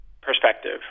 perspective